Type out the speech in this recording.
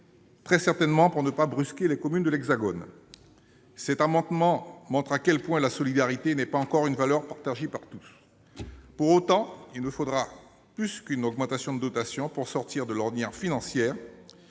très certainement pour ne pas brusquer les communes de l'Hexagone. Cet amendement montre à quel point la solidarité n'est pas encore une valeur partagée par tous. Pour autant, il faudra plus qu'une augmentation de dotation pour sortir de l'ornière financière